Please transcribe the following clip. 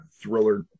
thriller